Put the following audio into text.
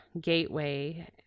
gateway